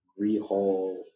rehaul